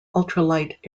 ultralight